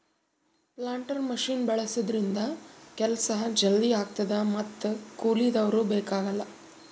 planter machine ಬಳಸಿದ್ರಿಂದ ಕೆಲ್ಸ ಜಲ್ದಿ ಆಗ್ತದ ಮತ್ತ್ ಕೂಲಿದವ್ರು ಬೇಕಾಗಲ್